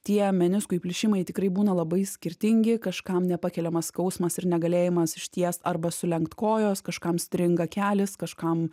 tie meniskų įplyšimai tikrai būna labai skirtingi kažkam nepakeliamas skausmas ir negalėjimas išties arba sulenkt kojos kažkam stringa kelis kažkam